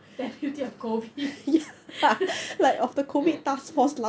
deputy of COVID